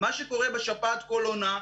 מה שקורה בשפעת כל עונה,